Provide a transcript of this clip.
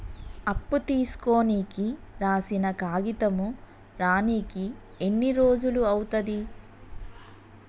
అప్పు తీసుకోనికి రాసిన కాగితం రానీకి ఎన్ని రోజులు అవుతది?